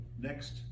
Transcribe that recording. next